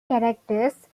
characters